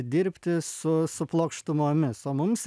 dirbti su su plokštumomis o mums